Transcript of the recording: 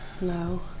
no